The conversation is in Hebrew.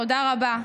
תודה רבה.